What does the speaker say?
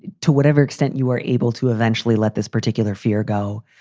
to whatever extent you are able to eventually let this particular fear go.